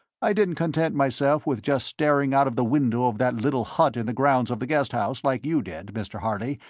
i didn't content myself with just staring out of the window of that little hut in the grounds of the guest house, like you did, mr. harley,